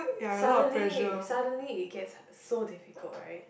suddenly suddenly it gets so difficult right